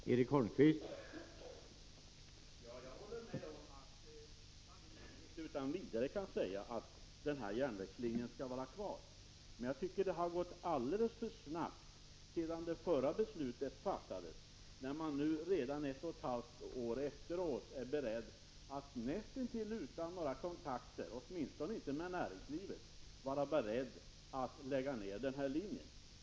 Herr talman! Jag håller med om att man inte utan vidare kan säga att den här järnvägslinjen skall vara kvar. Men jag tycker att det har gått alldeles för snabbt sedan det förra beslutet fattades, när man nu redan ett och ett halvt år efteråt är beredd att nästintill utan några kontakter — åtminstone inte med näringslivet — lägga ned den här linjen.